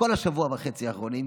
כל השבוע וחצי הבאים,